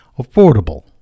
affordable